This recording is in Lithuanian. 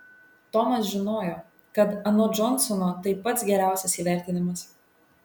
tomas žinojo kad anot džonsono tai pats geriausias įvertinimas